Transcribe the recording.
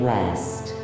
West